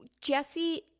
jesse